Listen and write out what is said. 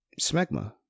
smegma